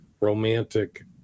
romantic